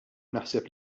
naħseb